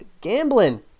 Gambling